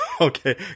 Okay